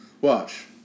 Watch